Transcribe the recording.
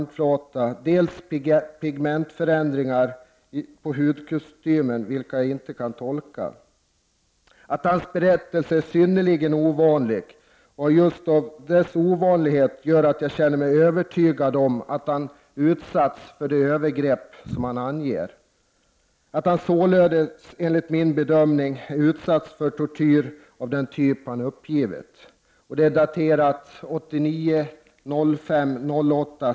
dels pigmentförändringar på hudkostymen vilka inte kunde tolkas — att hans berättelse är synnerligen ovanlig, att just dess ovanlighet gör att läkaren känner sig övertygad om att han utsatts för de övergrepp som han anger, att han således enligt docentens bedömning har utsatts för tortyr av den typ han uppgivit.